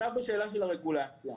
בשאלה של הרגולציה.